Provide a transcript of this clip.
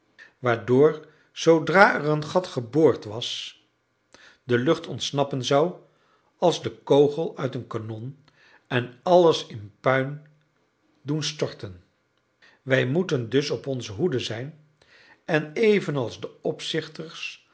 waardoor zoodra er een gat geboord was de lucht ontsnappen zou als de kogel uit een kanon en alles in puin doen storten wij moeten dus op onze hoede zijn en evenals de opzichters